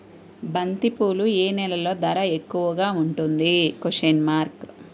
బంతిపూలు ఏ నెలలో ధర ఎక్కువగా ఉంటుంది?